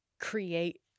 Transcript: create